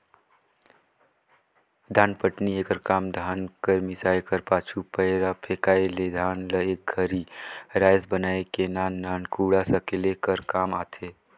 धानपटनी एकर काम धान कर मिसाए कर पाछू, पैरा फेकाए ले धान ल एक घरी राएस बनाए के नान नान कूढ़ा सकेले कर काम आथे